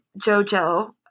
JoJo